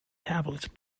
tablets